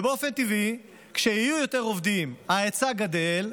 ובאופן טבעי, כשיהיו יותר עובדים ההיצע גדל.